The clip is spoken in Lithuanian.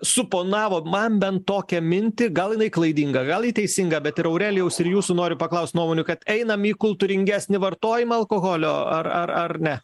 suponavo man bent tokią mintį gal jinai klaidinga gal ji teisinga bet ir aurelijaus ir jūsų noriu paklaust nuomonių kad einam į kultūringesnį vartojimą alkoholio ar ar ar ne